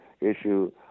issue